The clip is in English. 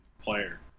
player